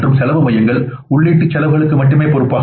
மற்றும் செலவு மையங்கள் உள்ளீட்டு செலவுக்கு மட்டுமே பொறுப்பாகும்